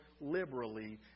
liberally